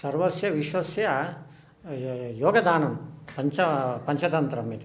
सर्वस्य विश्वस्य योगदानं पञ्च पञ्चतन्त्रम् इति